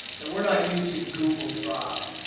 and we're not using google drive.